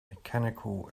mechanical